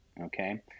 okay